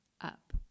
up